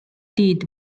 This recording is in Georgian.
დიდ